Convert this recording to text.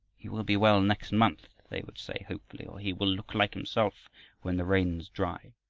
he will be well next month, they would say hopefully, or, he will look like himself when the rains dry.